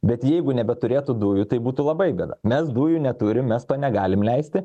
bet jeigu nebeturėtų dujų tai būtų labai bėda mes dujų neturim mes to negalim leisti